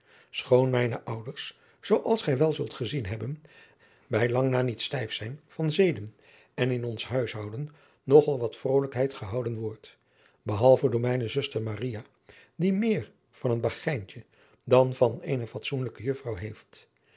schoon mijne ouders zoo als gij wel zult gezien hebben bij lang na niet stijf zijn van zeden en in ons huishouden nog al wat van vrolijkheid gehouden wordt behalve door mijne zuster maria die meer van een bagijntje dan van eene fatsoenlijke juffrouw heeft